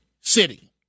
city